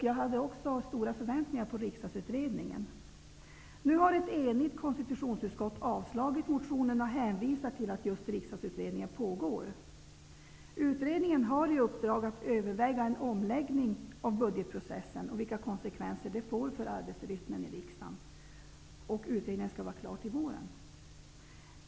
Jag hade också stora förväntningar på Riksdagsutredningen. Nu har ett enigt konstitutionsutskott avslagit motionen och hänvisar till att Riksdagsutredningen pågår. Utredningen har i uppdrag att överväga en omläggning av budgetprocessen och vilka konsekvenser det får för arbetsrytmen i riksdagen. Utredningen skall vara klar till våren.